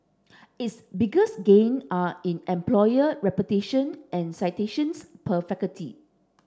its biggest gains are in employer reputation and citations per faculty